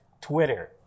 Twitter